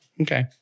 Okay